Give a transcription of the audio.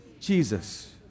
Jesus